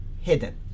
hidden